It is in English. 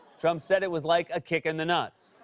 trump said it was like a kick in the nuts.